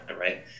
right